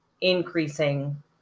increasing